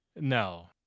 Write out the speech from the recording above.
No